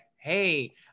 hey